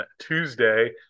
Tuesday